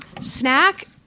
Snack